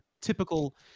typical